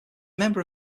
member